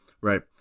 right